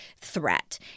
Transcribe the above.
threat